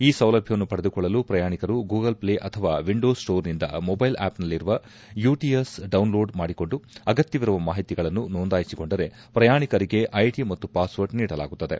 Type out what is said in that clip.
ಈ ಸೌಲಭ್ಯವನ್ನು ಪಡೆದುಕೊಳ್ಳಲು ಪ್ರಯಾಣಿಕರು ಗೂಗಲ್ ಪ್ಲೇ ಆಥವಾ ವಿಂಡೋಸ್ ಸ್ಟೋರ್ನಿಂದ ಮೊಬೈಲ್ ಆಪ್ನಲ್ಲಿರುವ ಯುಟಿಎಸ್ ಡೌನ್ಲೋಡ್ ಮಾಡಿಕೊಂಡು ಅಗತ್ತವಿರುವ ಮಾಹಿತಿಗಳನ್ನು ನೊಂದಾಯಿಸಿಕೊಂಡರೆ ಪ್ರಯಾಣಿಕರಿಗೆ ಐಡಿ ಮತ್ತು ಪಾಸ್ವರ್ಡ್ ನೀಡಲಾಗುತ್ತದೆ